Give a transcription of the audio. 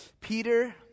Peter